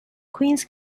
queens